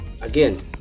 again